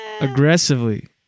aggressively